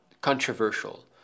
controversial